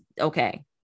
okay